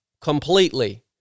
completely